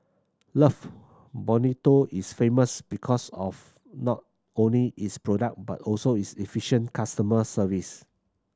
love Bonito is famous because of not only its product but also its efficient customer service